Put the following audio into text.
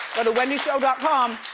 but wendyshow but com.